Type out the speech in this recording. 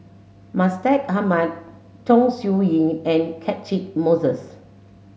Mustaq Ahmad Chong Siew Ying and Catchick Moses